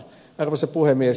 arvoisa puhemies